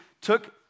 took